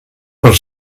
per